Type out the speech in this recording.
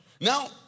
Now